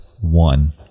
one